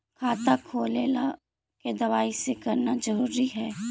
खाता खोले ला के दवाई सी करना जरूरी है?